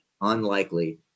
unlikely